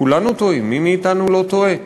כולנו טועים, מי מאתנו לא טועה?